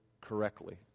correctly